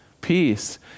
Peace